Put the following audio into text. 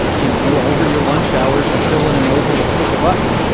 you know, over your lunch hour to fill in an oval or push a button.